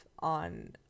on